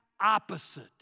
opposite